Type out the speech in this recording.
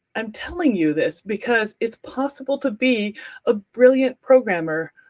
i'm telling you this because it's possible to be a brilliant programmer,